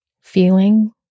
feeling